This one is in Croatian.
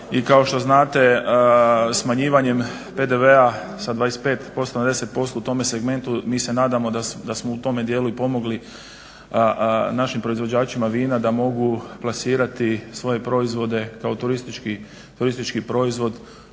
i kao što znate smanjivanjem PDV-a sa 25% na 10% u tome segmentu mi se nadamo da smo u tome dijelu pomogli našim proizvođačima vina da mogu plasirati svoje proizvode kao turistički proizvod